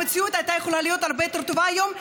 המציאות הייתה יכולה להיות הרבה יותר טובה היום.